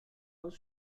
aus